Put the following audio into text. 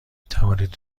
توانید